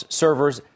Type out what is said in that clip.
servers